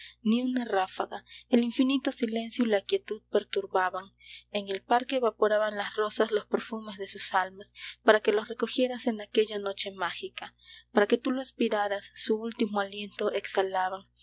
ni una ráfaga el infinito silencio y la quietud perturbaban en el parque evaporaban las rosas los perfumes de sus almas para que los recogieras en aquella noche mágica para que tú lo aspiraras su último aliento exhalaban